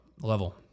level